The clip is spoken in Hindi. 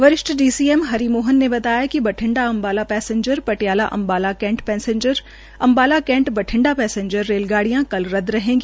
वरिष्ठ डीसीएम हरि मोहन ने बताय कि Bathinda Ambala passenger Patiala Ambala cantt passenger Ambala cantt Bathinda passenger रेलगाड़ियां कल रद्द रहेगी